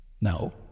No